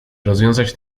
rozwiązać